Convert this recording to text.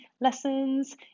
lessons